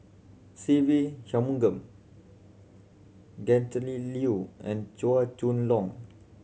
Se Ve Shanmugam Gretchen Liu and Chua Chong Long